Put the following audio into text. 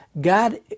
God